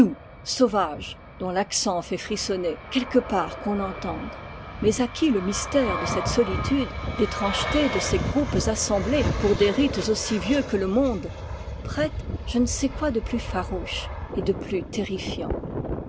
sauvage dont l'accent fait frissonner quelque part qu'on l'entende mais à qui le mystère de cette solitude l'étrangeté de ces groupes assemblés pour des rites aussi vieux que le monde prêtent je ne sais quoi de plus farouche et de plus terrifiant